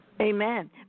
Amen